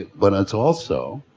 but it's also